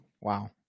Wow